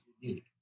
unique